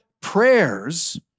prayers